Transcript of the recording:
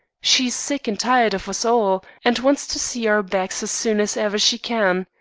she's sick and tired of us all, and wants to see our backs as soon as ever she can.